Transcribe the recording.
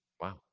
Wow